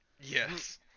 Yes